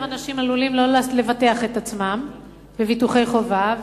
אנשים עלולים לא לבטח עצמם בביטוחי חובה,